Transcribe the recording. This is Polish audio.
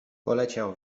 poleciał